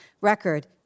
record